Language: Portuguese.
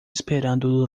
esperando